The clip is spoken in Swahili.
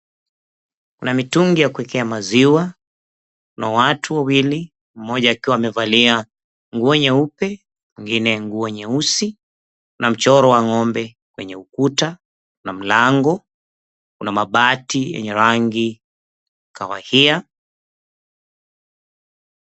Kuna mitungi ya kuekea maziwa na watu wawili, mmoja akiwa amevalia nguo nyeupe, mwingine nguo nyeusi na mchoro wa ng'ombe kwenye ukuta na mlango. Kuna mabati yenye rangi kahawia.